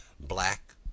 black